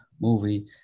movie